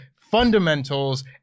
fundamentals